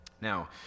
Now